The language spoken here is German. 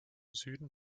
süden